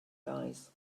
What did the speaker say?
guys